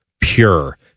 pure